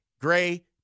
gray